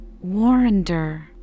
Warrender